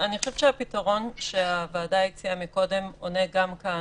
אני חושבת שהפתרון שהוועדה הציעה מקודם עונה גם כאן,